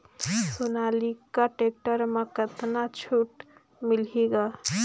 Sonalika tractor म कतका छूट मिलही ग?